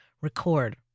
record